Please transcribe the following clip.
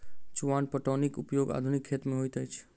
चुआन पटौनीक उपयोग आधुनिक खेत मे होइत अछि